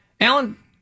Alan